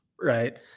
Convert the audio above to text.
right